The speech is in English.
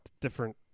different